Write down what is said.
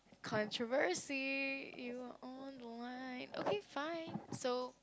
controversy you are on the line okay fine so